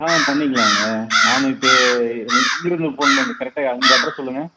ஆ பண்ணிக்கலாங்க நமக்கு ஃபோன் பண்ணி கரெக்டாக யா உங்கள் அட்ரஸ் சொல்லுங்க